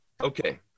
Okay